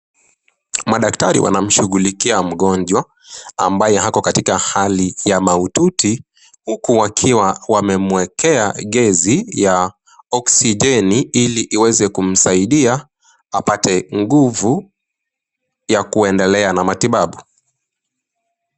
Madaktari wanamshughulikia mgonjwa, ambaye ako katika hali ya mahututi, huku wakiwa wamemwekea gezi ya oxygeni ili iweze kumsaidia apate nguvu ya kuendelea na matibabu.